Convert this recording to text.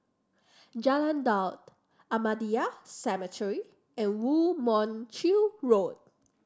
Jalan Daud Ahmadiyya Cemetery and Woo Mon Chew Road